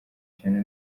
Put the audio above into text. cyane